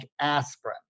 aspirin